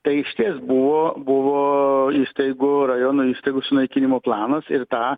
tai išties buvo buvo įstaigų rajono įstaigų sunaikinimo planas ir tą